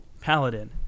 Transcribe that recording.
paladin